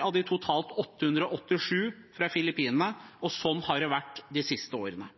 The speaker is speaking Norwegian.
av de totalt 887 personene fra Filippinene, og sånn har det vært de siste årene.